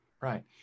right